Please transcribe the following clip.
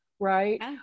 right